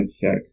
check